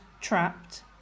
trapped